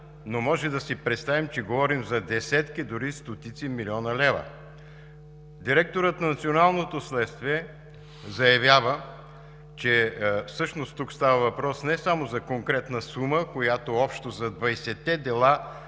но можем да си представим, че говорим за десетки, дори стотици милиона лева“. Директорът на Националното следствие заявява, че всъщност тук става въпрос не само за конкретна сума, която общо за двадесетте дела